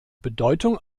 bedeutung